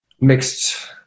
mixed